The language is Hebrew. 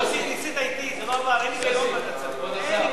יוסי, ניסית אתי, וזה לא עבר.